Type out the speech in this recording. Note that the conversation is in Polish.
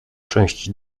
część